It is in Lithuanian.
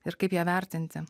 ir kaip ją vertinti